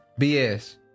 BS